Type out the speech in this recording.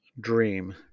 dream